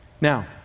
Now